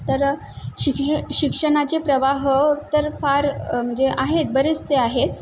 तर शिक शिक्षणाचे प्रवाह तर फार म्हणजे आहेत बरेचसे आहेत